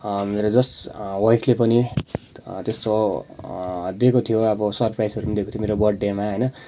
मेरो जस्ट वाइफले पनि त्यस्तो दिएको थियो अब सरप्राइजहरू पनि दिएको थियो मेरो बर्थडेमा होइन